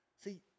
See